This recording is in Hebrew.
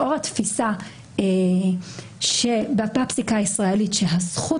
לאור התפיסה בפרקטיקה הישראלית שזכות